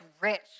rich